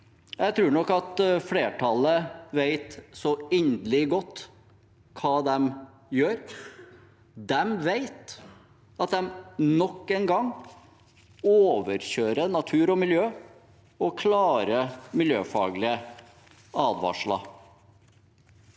jeg tror nok at flertallet vet inderlig godt hva de gjør. De vet at de nok en gang overkjører natur og miljø og klare miljøfaglige advarsler.